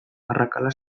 arrakala